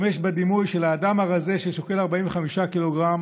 השתמש בדימוי של האדם הזה ששוקל 45 קילוגרם